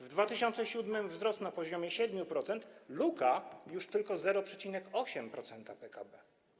W 2007 r. wzrost na poziomie 7%, luka już tylko 0,8% PKB.